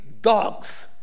dogs